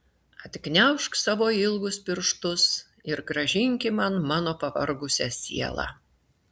atgniaužk savo ilgus pirštus ir grąžinki man mano pavargusią sielą